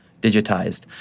digitized